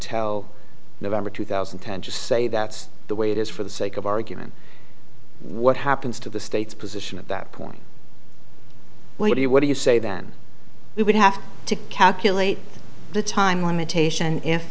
tell november two thousand and ten just say that's the way it is for the sake of argument what happens to the state's position at that point what do you what do you say then we would have to calculate the time limitation if